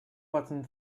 watson